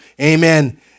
amen